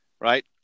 Right